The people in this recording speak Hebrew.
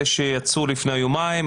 אלה שיצאו לפני יומיים,